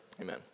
Amen